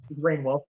Rainwell